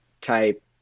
type